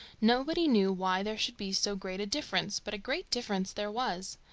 nobody knew why there should be so great a difference, but a great difference there was.